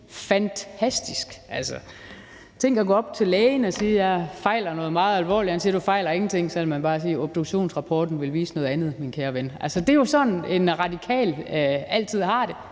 fantastisk. Tænk at gå op til lægen og sige, at man fejler noget meget alvorligt, og så siger lægen, at man ikke fejler noget, og så kan man bare sige: Obduktionsrapporten vil vise noget andet, min kære ven. Det er jo sådan, en radikal altid har det.